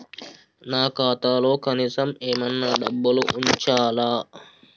నా ఖాతాలో కనీసం ఏమన్నా డబ్బులు ఉంచాలా?